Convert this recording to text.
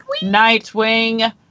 Nightwing